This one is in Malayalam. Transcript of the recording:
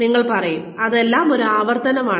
നിങ്ങൾ പറയും ഇതെല്ലാം ഒരു ആവർത്തനമാണ്